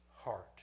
heart